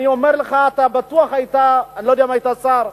אני אומר לך, אני לא יודע אם היית שר,